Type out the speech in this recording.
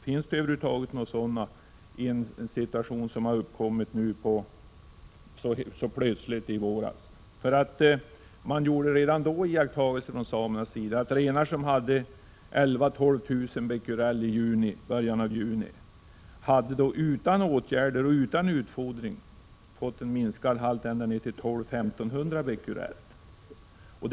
Finns det över huvud taget sådana när det gäller en situation av det slag som den som uppkom så plötsligt i våras? Samerna gjorde redan då iakttagelsen att renar som hade en cesiumhalt på 11 000 12 000 bequerel i början av juni utan åtgärder och utan utfodring hade fått en minskad cesiumhalt — ända ned till 1 200-1 500 bequerel.